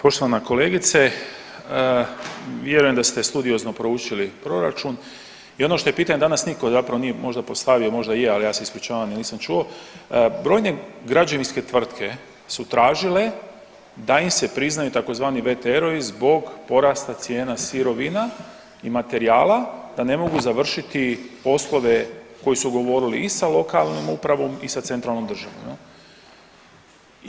Poštovana kolegice vjerujem da ste studiozno proučili proračun i ono što je pitanje danas nitko zapravo nije možda postavio, možda i je, ali ja se ispričavam ja nisam čuo, brojne građevinske tvrtke su tražile da im se priznaju tzv. VTR zbog porasta cijena sirovina i materijala da ne mogu završiti poslove koje su ugovorili i sa lokalnom upravom i sa centralnom državom jel.